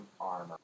armor